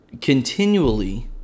continually